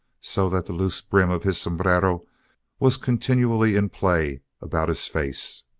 so that the loose brim of his sombrero was continually in play about his face.